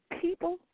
people